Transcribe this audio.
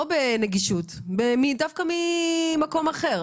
לא בנגישות אלא דווקא ממקום אחר,